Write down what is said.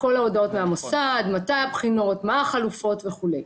כל ההודעות מהמוסד --- מה החלופות וכולי.